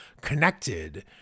connected